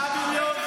25 מיליון,